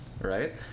right